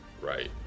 Right